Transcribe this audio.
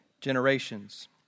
generations